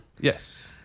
Yes